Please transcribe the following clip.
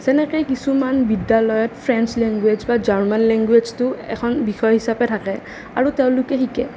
যেনেকৈ কিছুমান বিদ্যালয়ত ফ্ৰেন্স লেংগুৱেজ বা জাৰ্মান লেংগুৱেজটো এখন বিষয় হিচাপে থাকে আৰু তেওঁলোকে শিকে